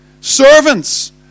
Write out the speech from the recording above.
servants